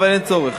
אבל אין צורך.